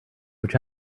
which